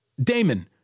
Damon